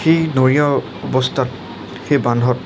সেই নৰিয়া অৱস্থাত সেই বান্ধত